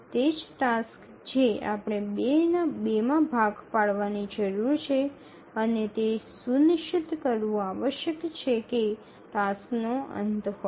તે જ ટાસ્ક જે આપણે ૨ માં ભાગ પાડવાની જરૂર છે અને તે સુનિશ્ચિત કરવું આવશ્યક છે કે ટાસ્કનો અંત હોય